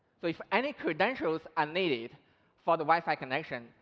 so if any credentials are needed for the wi-fi connection,